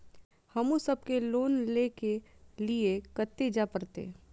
हमू सब के लोन ले के लीऐ कते जा परतें?